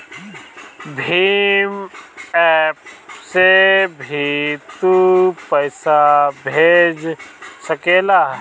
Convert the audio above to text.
Bhim app से भी तू पईसा भेज सकेला